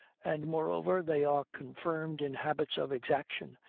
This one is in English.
and moreover, they are confirmed in habits of exaction,